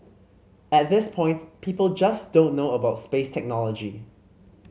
at this point people just don't know about space technology